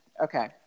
Okay